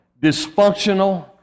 Dysfunctional